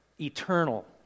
Eternal